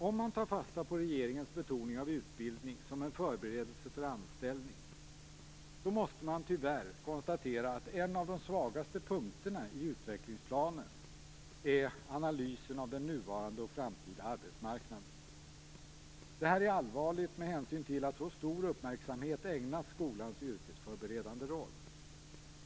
Om man tar fasta på regeringens betoning av utbildning som en förberedelse för anställning måste man, tyvärr, konstatera att en av de svagaste punkterna i utvecklingsplanen är analysen av den nuvarande och den framtida arbetsmarknaden. Det här är allvarligt med hänsyn till att så stor uppmärksamhet ägnas skolans yrkesförberedande roll.